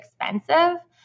expensive